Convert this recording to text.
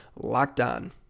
LOCKEDON